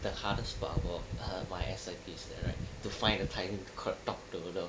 the hardest part of err my S_I_P is that right to find a time to like talk to her